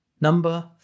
Number